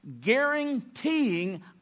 guaranteeing